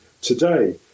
today